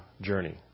journey